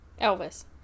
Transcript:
elvis